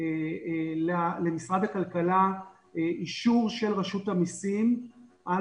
למשרד הכלכלה אישור של רשות המסים על